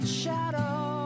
shadow